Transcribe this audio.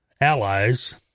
allies